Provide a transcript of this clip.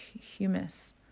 humus